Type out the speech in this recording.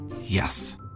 Yes